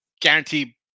guarantee